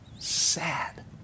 sad